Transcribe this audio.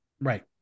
right